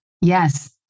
yes